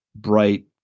bright